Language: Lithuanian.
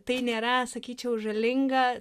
tai nėra sakyčiau žalinga